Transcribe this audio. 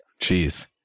Jeez